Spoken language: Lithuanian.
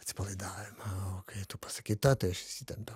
atsipalaidavimą o kai tu pasakei tą tai aš išsitempiau